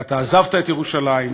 אתה עזבת את ירושלים.